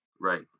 Right